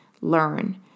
learn